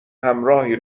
همراهی